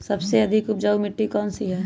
सबसे अधिक उपजाऊ मिट्टी कौन सी हैं?